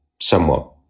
somewhat